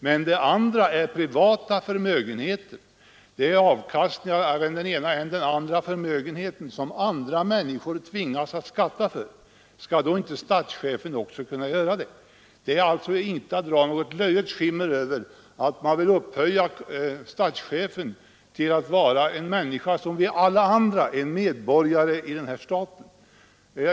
Men här gäller det avkastningar av än den ena, än den andra privata förmögenheten — något som andra människor tvingas att skatta för. Skall då inte statschefen också kunna göra det? Det är alltså inte att dra något löjets skimmer över situationen, om man vill upphöja statschefen till att vara en människa som alla vi andra, en medborgare i den här staten.